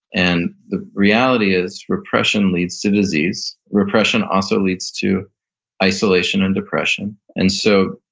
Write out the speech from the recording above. and the reality is, repression leads to disease. repression also leads to isolation and depression. and so,